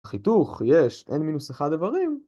חיתוך, יש, N מינוס אחד איברים.